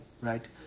right